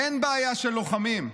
אין בעיה של לוחמים,